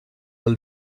del